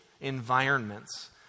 environments